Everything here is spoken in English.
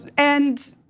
and,